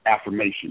affirmation